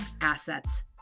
assets